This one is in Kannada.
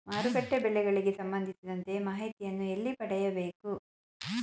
ಮಾರುಕಟ್ಟೆ ಬೆಲೆಗಳಿಗೆ ಸಂಬಂಧಿಸಿದಂತೆ ಮಾಹಿತಿಯನ್ನು ಎಲ್ಲಿ ಪಡೆಯಬೇಕು?